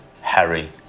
Harry